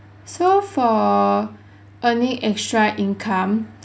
so for earning extra income